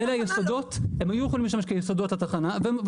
--- הם יכלו לשמש כיסודות התחנה אבל